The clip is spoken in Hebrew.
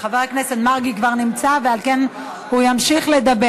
וחבר הכנסת מרגי כבר נמצא ועל כן הוא ימשיך לדבר.